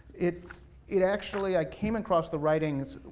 it it actually, i came across the writings,